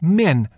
men